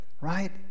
Right